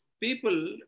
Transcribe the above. people